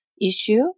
issue